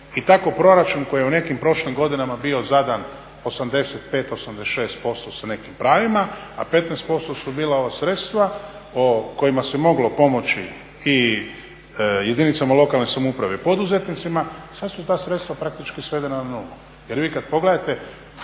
i tako proračun koji je u nekim prošlim godinama bio zadan 85, 86% sa nekim pravima a 15% su bila ova sredstva kojima se moglo pomoći i jedinicama lokalne samouprave i poduzetnicima sad su ta sredstva praktički svedena na nulu. Jer vi kad pogledate